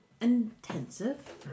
intensive